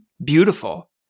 Beautiful